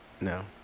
no